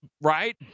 right